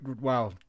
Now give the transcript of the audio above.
Wow